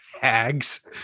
hags